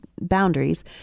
boundaries